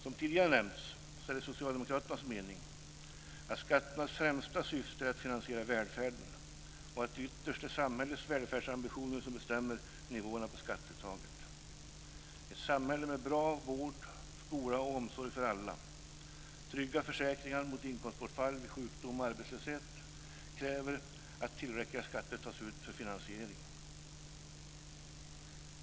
Som tidigare nämnts är det socialdemokraternas mening att skatternas främsta syfte är att finansiera välfärden och att det ytterst är samhällets välfärdsambitioner som bestämmer nivåerna på skatteuttaget. Ett samhälle med bra vård, skola och omsorg för alla samt trygga försäkringar mot inkomstbortfall vid sjukdom och arbetslöshet kräver att tillräckliga skatter tas ut för finansieringen.